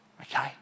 Okay